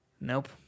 Nope